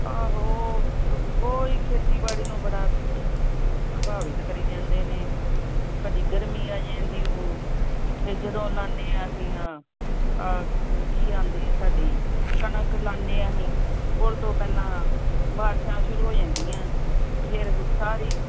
ਆਹੋ ਕੋਈ ਖੇਤੀਬਾੜੀ ਨੂੰ ਬੜਾ ਪ੍ਰਭਾਵਿਤ ਕਰੀ ਜਾਂਦੇ ਨੇ ਉਹ ਕਦੀ ਗਰਮੀ ਆ ਜਾਂਦੀ ਉਹ ਅਤੇ ਜਦੋਂ ਲਗਾਉਂਦੇ ਹਾਂ ਅਸੀਂ ਆ ਕੀ ਆਉਂਦੇ ਆ ਸਾਡੀ ਕਣਕ ਲਗਾਉਂਦੇ ਹਾਂ ਅਸੀਂ ਉਹ ਤੋਂ ਪਹਿਲਾਂ ਬਾਰਿਸ਼ਾਂ ਸ਼ੁਰੂ ਹੋ ਜਾਂਦੀਆਂ ਫਿਰ ਉਹ ਸਾਰੀ